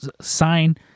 sign